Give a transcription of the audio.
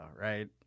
right